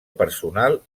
personal